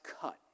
cut